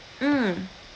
mm